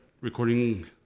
recording